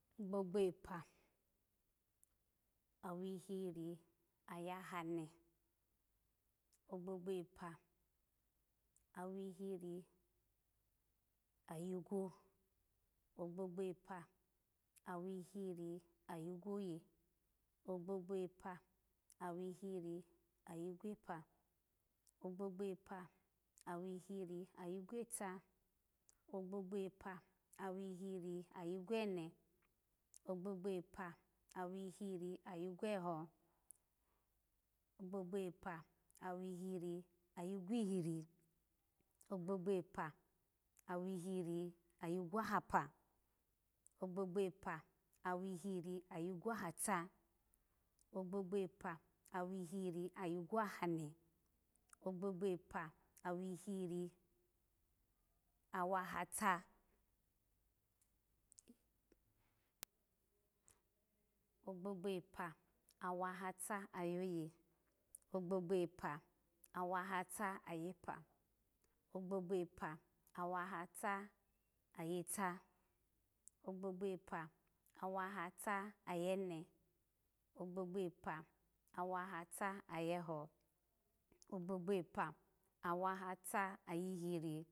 Ogbogbo epa awihiri aya hane, ogbogbo epa awihiri ayi gwo, ogbogbo epa awihiri ayi gwoye, ogbogbo epa awihiri ayi gwepa, ogbogbo epa awihiri ayi gweta, ogbogbo epa awihiri ayi gwene, ogbogbo epa awihiri ayi gwoho, ogbogbo epa awihiri ayi gwohiri, ogbogbo epa awihiri ayi gwahapa, ogbogbo epa awihiri ayi gwo ahata, ogbogbo epa awihiri ayi gwo hane, ogbogbo epa awihiri awahata, ogbogbo epa awihiri awahata ayepa, ogbogbo epa awahata ayeta, ogbogbo epa awahata ayeta, ogbogbo epa awahata ayene, ogbogbo epa awahata ayeho, ogbogbo epa awahata ayehiri